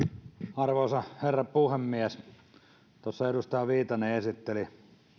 arvoisa herra puhemies tuossa edustaja viitanen esitteli